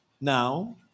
Now